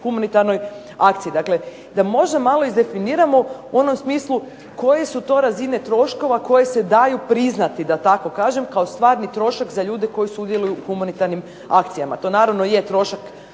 humanitarnoj akciji. Dakle, da možda malo izdefiniramo u onom smislu koje su to razine troškova koje se daju priznati da tako kažem kao stvarni trošak za ljude koji sudjeluju u humanitarnim akcijama. To naravno je trošak